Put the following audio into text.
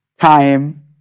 Time